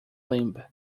limp